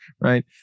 Right